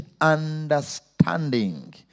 understanding